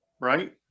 right